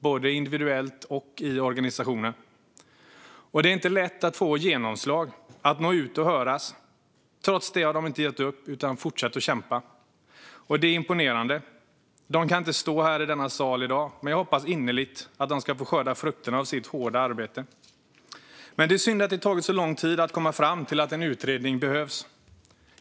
både individuellt och i organisationer. Och det är inte lätt att få genomslag, att nå ut och höras. Trots det har de inte gett upp utan fortsatt att kämpa. Det är imponerande. De kan inte vara här i denna sal i dag, men jag hoppas innerligt att de ska få skörda frukterna av sitt hårda arbete. Det är synd att det har tagit så lång tid att komma fram till att en utredning behövs.